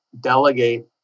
delegate